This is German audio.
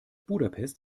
budapest